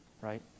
right